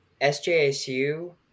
SJSU